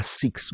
six